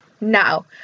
Now